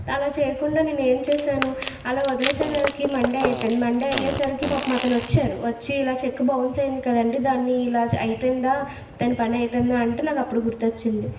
అలా చేయకుండా నేనేం చేశాను అలా వదిలేసేసరికి మండే అయిపోయింది మండే అయ్యేసరికి పాపం అతను వచ్చారు వచ్చి ఇలా చెక్ బౌన్స్ అయింది కదా అండి దాన్ని ఇలా అయిపోయిందా దాన్ని పని అయిపోయిందా అంటే నాకు అప్పుడు గుర్తు వచ్చింది